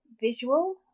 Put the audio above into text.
visual